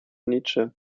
nietzsche